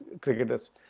cricketers